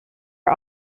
are